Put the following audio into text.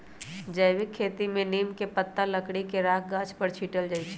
जैविक खेती में नीम के पत्ता, लकड़ी के राख गाछ पर छिट्ल जाइ छै